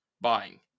buying